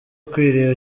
ukwiriye